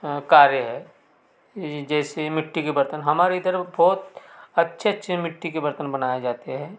कार्य है ई जैसे मिट्टी के बर्तन हमारी तरफ़ बहुत अच्छे अच्छे मिट्टी के बर्तन बनाए जाते हैं